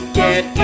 get